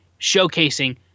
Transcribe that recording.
showcasing